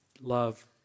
love